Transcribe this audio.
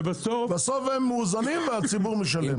בסוף הם מאוזנים והציבור משלם.